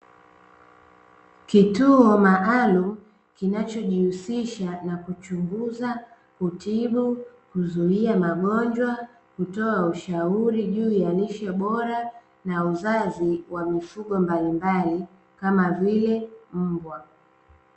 Kituo maalumu kinachojihusisha na kuchunguza, kutibu, kuzuia magonjwa, kutoa ushauri juu ya lishe bora, na uzazi wa mifugo mbalimbali, kama vile mbwa.